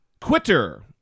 quitter